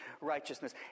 righteousness